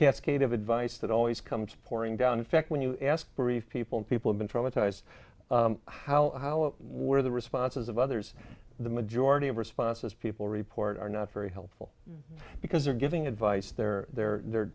cascade of advice that always comes pouring down effect when you ask for if people people have been traumatized how hollow where the responses of others the majority of responses people report are not very helpful because they're giving advice they're they're there